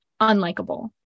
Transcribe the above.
unlikable